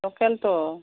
লোকেলটো